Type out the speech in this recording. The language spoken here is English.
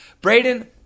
Braden